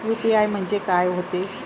UPI म्हणजे का होते?